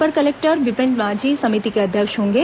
अपर collector Vipin Manjhi समिति के अध्यक्ष होंगे